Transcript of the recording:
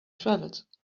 travels